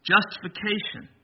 Justification